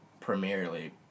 primarily